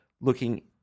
looking